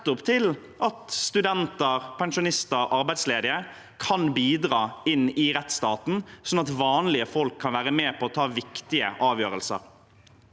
bidrag nettopp til at studenter, pensjonister og arbeidsledige kan bidra inn i rettsstaten, sånn at vanlige folk kan være med på å ta viktige avgjørelser.